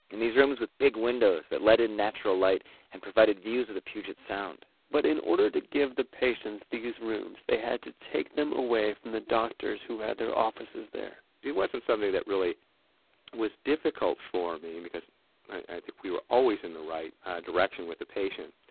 in these rooms with big windows that let in natural light and provided views of the puget sound but in order to give the patients these rooms, they had to take them away from the doctors who had their offices there it wasn't something that really was difficult for me because i think we were always in the right direction with the patient.